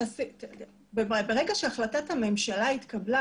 ברגע שהחלטת הממשלה התקבלה,